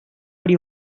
hori